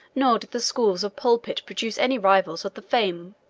nor did the schools of pulpit produce any rivals of the fame